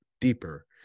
deeper